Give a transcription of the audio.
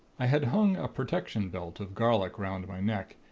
i had hung a protection belt of garlic round my neck,